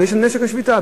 ויש נשק השביתה,